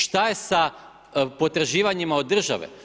Šta je sa potraživanjima od države?